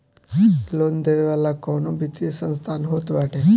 loan देवे वाला कवनो वित्तीय संस्थान होत बाटे